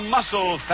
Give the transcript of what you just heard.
Muscle